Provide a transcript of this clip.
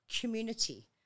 community